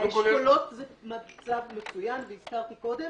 האשכולות זה מצב מצוין, והזכרתי קודם